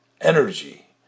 energy